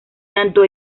tanto